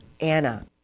Anna